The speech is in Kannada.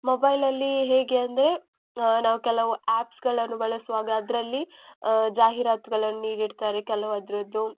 ಮೊಬೈಲಲ್ಲಿ ಹೇಗೆ ಅಂದರೆ ನಾವು ಕೆಲವು ಆ್ಯಪ್ಸ್ಗಳನ್ನು ಬಳಸುವಾಗ ಅದರಲ್ಲಿ ಜಾಹಿರಾತುಗಳನ್ನು ನೀಡಿರ್ತಾರೆ ಕೆಲವದ್ರದ್ದು